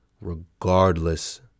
regardless